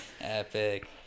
epic